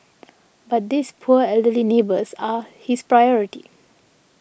but this poor elderly neighbours are his priority